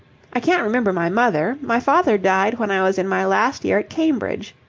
i can't remember my mother. my father died when i was in my last year at cambridge.